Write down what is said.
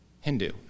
Hindu